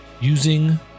using